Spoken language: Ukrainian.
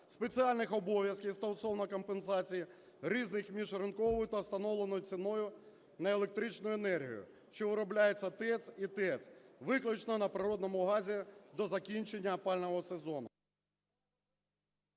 спеціальних обов'язків стосовно компенсації різниці між ринковою та встановленою ціною на електричну енергію, що виробляється ТЕЦ і ТЕС, виключно на природному газі до закінчення опалювального сезону.